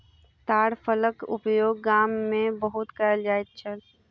ताड़ फलक उपयोग गाम में बहुत कयल जाइत छल